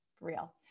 real